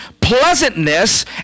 pleasantness